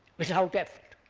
without effort.